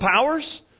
powers